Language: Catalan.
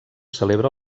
celebra